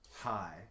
hi